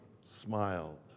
smiled